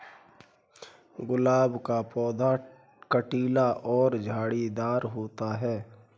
गुलाब का पौधा कटीला और झाड़ीदार होता है